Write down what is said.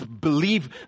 believe